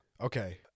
Okay